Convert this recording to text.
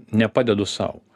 nepadedu sau